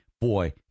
boy